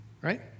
Right